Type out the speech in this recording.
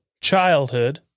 childhood